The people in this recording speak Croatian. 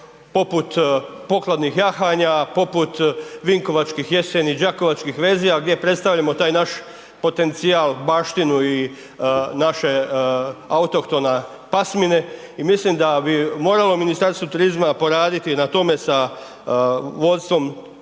poput pokladnih jahanja, poput Vinkovačkih jeseni, Đakovačkih vezova gdje predstavljamo taj naš potencijal, baštinu i naše autohtone pasmine, i mislim da bi moralo Ministarstvo turizma poraditi na tome sa vodstvom